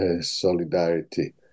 solidarity